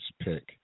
pick